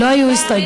אני שותף,